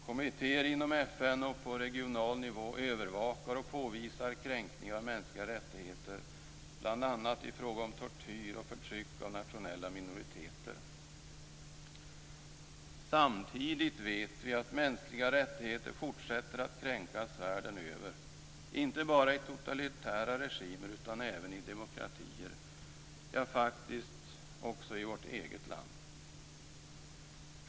Kommittéer inom FN och på regional nivå övervakar och påvisar kränkningar av mänskliga rättigheter, bl.a. i fråga om tortyr och förtryck av nationella minoriteter. Samtidigt vet vi att mänskliga rättigheter fortsätter att kränkas världen över, inte bara i totalitära regimer utan även i demokratier - ja, faktiskt också i vårt eget land.